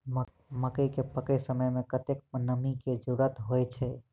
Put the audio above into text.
मकई केँ पकै समय मे कतेक नमी केँ जरूरत होइ छै?